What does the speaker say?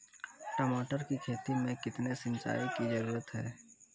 टमाटर की खेती मे कितने सिंचाई की जरूरत हैं?